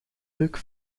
leuk